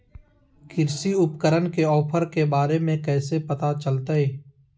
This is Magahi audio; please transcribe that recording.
कृषि उपकरण के ऑफर के बारे में कैसे पता चलतय?